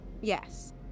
Yes